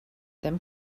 them